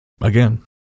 again